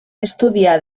estudiar